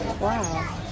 Wow